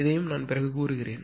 இதையும் நான் பிறகு கூறுகிறேன்